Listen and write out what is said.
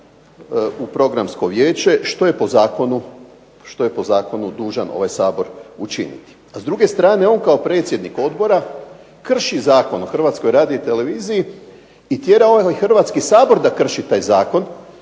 u Programsko vijeće što je po zakonu dužan ovaj Sabor učiniti. A s druge strane on kao predsjednik odbora krši Zakon o Hrvatskoj radioteleviziji i tjerao je i Hrvatski sabor da krši taj zakon,